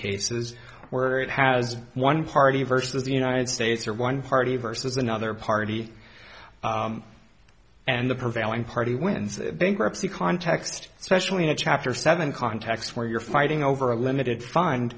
cases where it has one party versus the united states or one party versus another party and the prevailing party wins the context especially in a chapter seven context where you're fighting over a limited fin